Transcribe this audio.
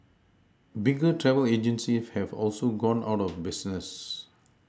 bigger travel agencies have also gone out of business